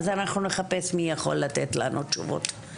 אז אנחנו נחפש מי יכול לתת לנו תשובות.